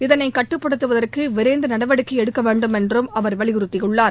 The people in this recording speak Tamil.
இதனை கட்டுப்படுத்துவதற்கு விரைந்து நடவடிக்கை எடுக்க வேண்டும் என்றும் அவர் வலியுறுத்தியுள்ளார்